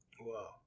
Wow